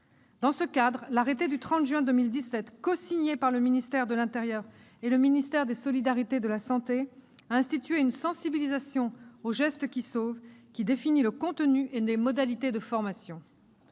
Dans ce cadre, l'arrêté du 30 juin 2017, cosigné par le ministre de l'intérieur et la ministre des solidarités et de la santé, a institué une sensibilisation aux « gestes qui sauvent » et défini le contenu et les modalités de la formation.